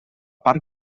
parc